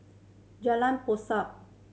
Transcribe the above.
Jalan Basong